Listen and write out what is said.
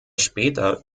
später